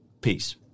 Peace